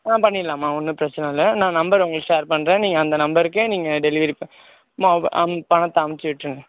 ஆ பண்ணிடலாமா ஒன்றும் பிரச்சின இல்லை நான் நம்பர் உங்களுக் ஷேர் பண்ணுறேன் நீங்கள் அந்த நம்பருக்கே நீங்கள் டெலிவெரி ப மோ அந் பணத்தை அமுச்சி விட்டுருங்க